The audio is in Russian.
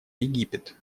египет